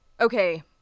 okay